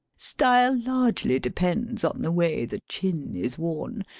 style largely depends on the way the chin is worn.